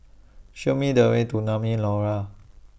Show Me The Way to Naumi Liora